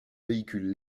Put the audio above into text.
véhicules